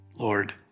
Lord